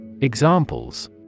Examples